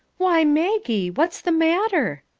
why, maggie! what's the matter?